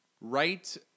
right